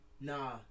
nah